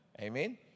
Amen